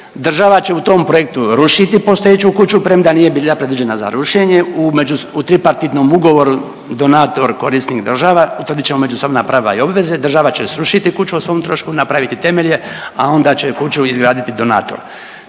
država će u tom projektu rušiti postojeću kuću premda nije bila predviđena za rušenje u tripartitnom ugovoru donator, korisnik, država utvrdit ćemo međusobna prava i obveze, država će srušiti kuću o svom trošku, napraviti temelje, a onda će kuću izgraditi donator.